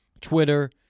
Twitter